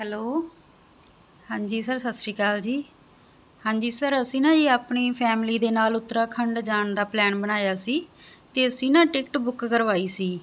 hello ਹਾਂਜੀ sir ਸਤਿ ਸ਼੍ਰੀ ਅਕਾਲ ਜੀ ਹਾਂਜੀ ਸਰ ਅਸੀਂ ਨਾ ਜੀ ਆਪਣੀ ਫੈਮਲੀ ਦੇ ਨਾਲ ਉੱਤਰਾਖੰਡ ਜਾਣ ਦਾ ਪਲੈਨ ਬਣਾਇਆ ਸੀ ਤੇ ਅਸੀਂ ਨਾ ਟਿਕਟ ਬੁੱਕ ਕਰਵਾਈ ਸੀ